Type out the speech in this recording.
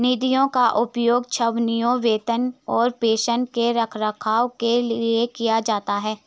निधियों का उपयोग छावनियों, वेतन और पेंशन के रखरखाव के लिए किया जाता है